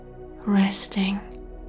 resting